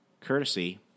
Courtesy